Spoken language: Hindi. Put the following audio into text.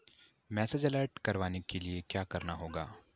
मैसेज अलर्ट करवाने के लिए क्या करना होगा?